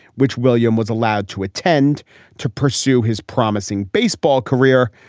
which william was allowed to attend to pursue his promising baseball career.